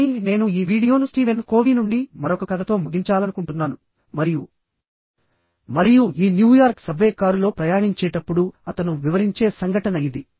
కానీ నేను ఈ వీడియోను స్టీవెన్ కోవీ నుండి మరొక కథతో ముగించాలనుకుంటున్నాను మరియు మరియు ఈ న్యూయార్క్ సబ్వే కారులో ప్రయాణించేటప్పుడు అతను వివరించే సంఘటన ఇది